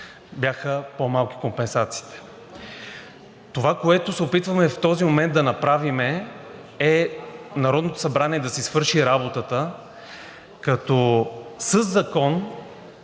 бяха по-малки компенсациите. Това, което се опитваме в този момент да направим, е Народното събрание да си свърши работата, като със закон